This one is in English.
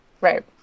Right